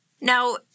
Now